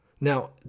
now